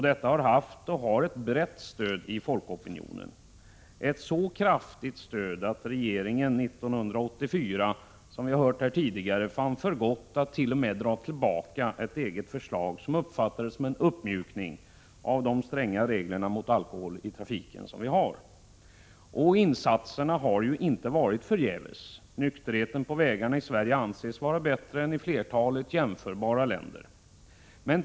Detta har haft och har ett brett stöd i folkopinionen, så kraftigt att regeringen 1984, som vi hörde tidigare, fann för gott att dra tillbaka ett eget förslag som uppfattats som en uppmjukning av de stränga regler om alkohol i trafiken som vi har. Insatserna har inte varit förgäves. Nykterheten på vägarna anses vara bättre i Sverige än i flertalet jämförbara länder.